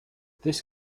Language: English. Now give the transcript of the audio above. this